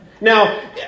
Now